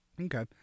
okay